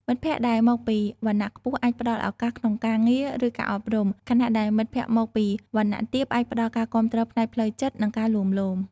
មិត្តភក្តិដែលមកពីវណ្ណៈខ្ពស់អាចផ្តល់ឱកាសក្នុងការងារ ឬការអប់រំ ខណៈដែលមិត្តភក្តិមកពីវណ្ណៈទាបអាចផ្តល់ការគាំទ្រផ្នែកផ្លូវចិត្តនិងការលួងលោម។